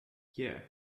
yeah